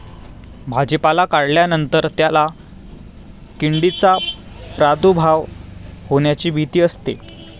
भाजीपाला काढल्यानंतर त्याला किडींचा प्रादुर्भाव होण्याची भीती असते